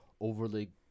overly